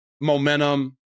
momentum